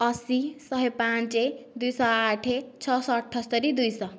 ଅଶୀ ଶହେ ପାଞ୍ଚ ଦୁଇଶହ ଆଠେ ଛଅଶହ ଅଠସ୍ତୋରି ଦୁଇଶହ